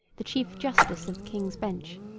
the chief justice of the king's bench,